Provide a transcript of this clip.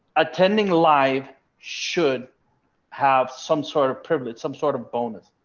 attending live should have some sort of privileged some sort of bonus.